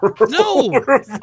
No